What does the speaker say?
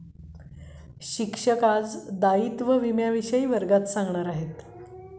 शिक्षक आज दायित्व विम्याविषयी वर्गात सांगणार आहेत